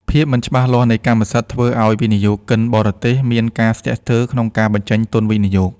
ភាពមិនច្បាស់លាស់នៃកម្មសិទ្ធិ ធ្វើឱ្យវិនិយោគិនបរទេសមានការស្ទាក់ស្ទើរក្នុងការបញ្ចេញទុនវិនិយោគ។